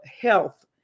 health